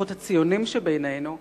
לפחות הציונים שבינינו,